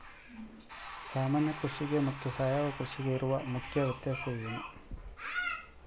ಸಾಮಾನ್ಯ ಕೃಷಿಗೆ ಮತ್ತೆ ಸಾವಯವ ಕೃಷಿಗೆ ಇರುವ ಮುಖ್ಯ ವ್ಯತ್ಯಾಸ ಏನು?